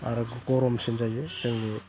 आरो गरमसिन जायो जोंनि